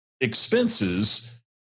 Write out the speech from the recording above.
expenses